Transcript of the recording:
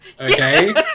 okay